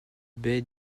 bey